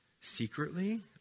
secretly